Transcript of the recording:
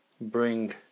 bring